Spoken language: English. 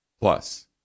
Plus